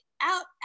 out